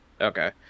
Okay